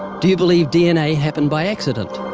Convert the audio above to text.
do you believe dna happened by accident?